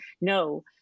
no